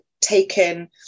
taken